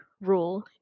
rule